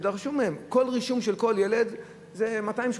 דרשו מהם, כל רישום של כל ילד זה 280,